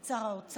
את שר האוצר,